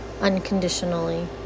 unconditionally